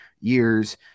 years